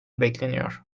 bekleniyor